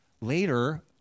later